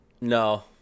No